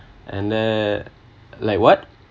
and then like what